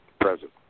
present